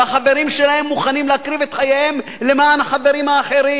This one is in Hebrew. והחברים שלהם מוכנים להקריב את חייהם למען החברים האחרים.